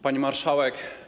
Pani Marszałek!